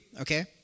okay